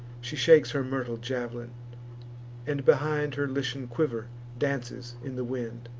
she shakes her myrtle jav'lin and, behind, her lycian quiver dances in the wind.